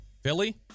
Philly